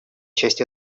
части